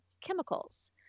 chemicals